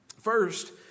first